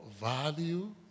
value